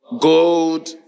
Gold